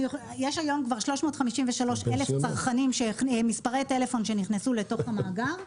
יש היום כבר 353,000 צרכנים שמספרי טלפון שנכנסו לתוך המאגר.